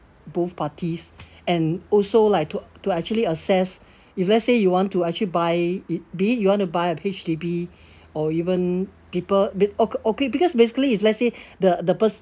both parties and also like to to actually assess if let's say you want to actually buy it be you want to buy a H_D_B or even people be~ okay okay because basically if let's say the the person